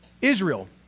Israel